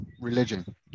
religion